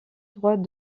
droit